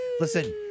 listen